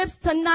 tonight